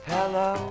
Hello